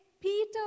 Peter